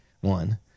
one